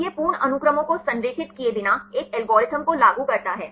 तो यह पूर्ण अनुक्रमों को संरेखित किए बिना एक एल्गोरिथ्म को लागू करता है